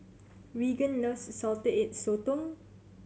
Raegan loves Salted Egg Sotong